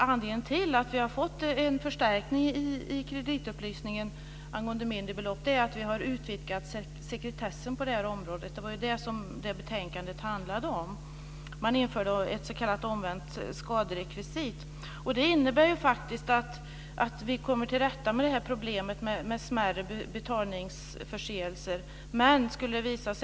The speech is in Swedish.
Anledningen till att vi har fått en förstärkning i kreditupplysningen angående mindre belopp är att vi har utvidgat sekretessen på det här området, vilket betänkandet handlade om. Man införde ett s.k. skaderekvisit. Det innebär att vi kommer till rätta med problemet med smärre betalningsförseelser.